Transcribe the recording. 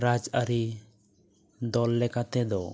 ᱨᱟᱡᱽ ᱟᱹᱨᱤ ᱫᱚᱞ ᱞᱮᱠᱟᱛᱮᱫᱚ